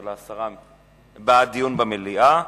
זה בעד דיון במליאה,